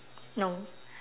no